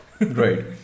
Right